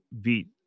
beat